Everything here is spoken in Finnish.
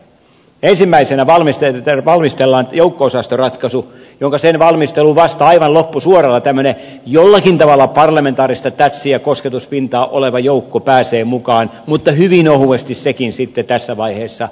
ensimmäisenä valmistellaan joukko osastoratkaisu jonka sen valmistelun vasta aivan loppusuoralla tämmöinen jollakin tavalla parlamentaarista tatsia kosketuspintaa oleva joukko pääsee mukaan mutta hyvin ohuesti sekin sitten tässä vaiheessa